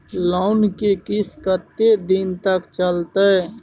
Loan के किस्त कत्ते दिन तक चलते?